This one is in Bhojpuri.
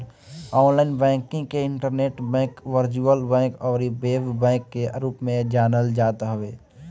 ऑनलाइन बैंकिंग के इंटरनेट बैंक, वर्चुअल बैंक अउरी वेब बैंक के रूप में जानल जात हवे